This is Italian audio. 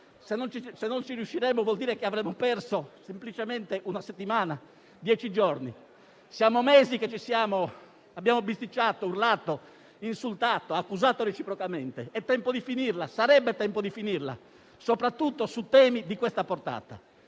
ci non ci riusciremo, vorrà dire che avremo perso semplicemente una settimana o dieci giorni, ma per mesi abbiamo bisticciato, urlato, insultato, accusandoci reciprocamente. È tempo di finirla; sarebbe tempo di finirla, soprattutto su temi di questa portata.